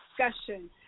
discussion